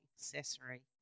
accessory